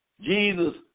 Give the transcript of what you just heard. Jesus